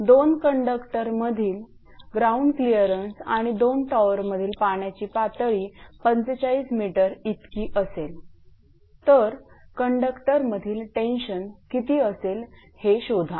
2 कंडक्टरमधील ground clearance आणि दोन टॉवरमधील पाण्याची पातळी 45 𝑚 इतकी असेल तर कंडक्टरमधील टेंशन किती असेल हे शोधा